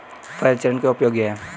फसल चरण क्यों उपयोगी है?